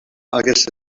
aquesta